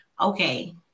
okay